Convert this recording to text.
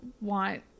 want